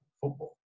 football